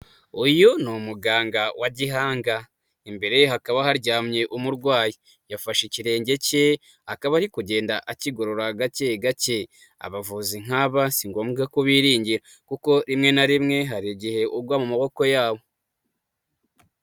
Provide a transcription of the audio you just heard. Uyu ni umuganga wa gihanga. Imbereye hakaba haryamye umurwayi, yafashe ikirenge cye akaba ari kugenda akigorora gake gake. Abavuzi nk'aba si ngombwa ko biringira kuko rimwe na rimwe hari igihe ugwa mu maboko yabo.